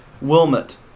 Wilmot